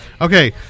Okay